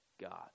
God